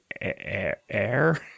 Air